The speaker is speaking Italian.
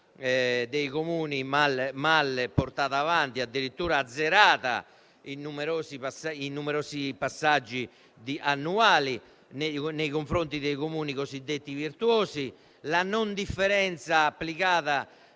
dei Comuni mal portata avanti, addirittura azzerata in numerosi passaggi annuali nei confronti dei Comuni cosiddetti virtuosi. La mancata differenziazione